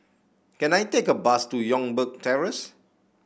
can I take a bus to Youngberg Terrace